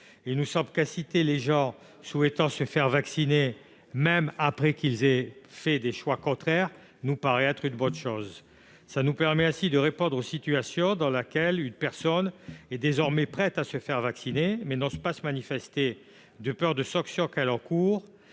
il nous semble qu'inciter les gens qui souhaitent se faire vacciner, même après avoir fait un choix contraire, est une bonne chose. Le dispositif du repentir permet de répondre aux situations dans lesquelles une personne est désormais prête à se faire vacciner, mais n'ose pas se manifester de peur des sanctions qu'elle encourt.